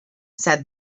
said